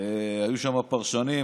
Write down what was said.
היו שם פרשנים,